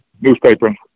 newspaper